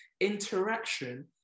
Interaction